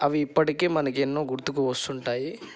అవి ఇప్పటికీ మనకి ఎన్నో గుర్తుకు వస్తుంటాయి